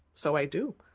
so i do.